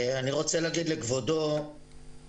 אני רוצה לומר לכבודו שאנחנו,